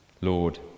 Lord